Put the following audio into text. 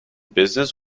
business